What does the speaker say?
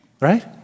Right